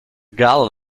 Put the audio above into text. gull